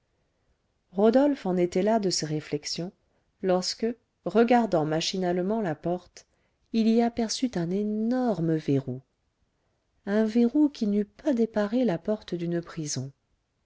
rodolphe en était là de ses réflexions lorsque regardant machinalement la porte il y aperçut un énorme verrou un verrou qui n'eût pas déparé la porte d'une prison